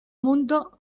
mundo